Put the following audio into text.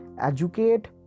educate